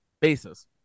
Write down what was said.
basis